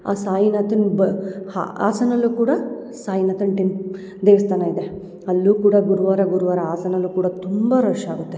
ಆ ಸಾಯಿನಾಥನ ಬ ಹಾಸನಲ್ಲು ಕೂಡ ಸಾಯಿನಾಥನ ಟೆಂಪ್ ದೇವಸ್ಥಾನ ಇದೆ ಅಲ್ಲೂ ಕೂಡ ಗುರುವಾರ ಗುರುವಾರ ಹಾಸನಲ್ಲು ಕೂಡ ತುಂಬ ರಶ್ಶಾಗುತ್ತೆ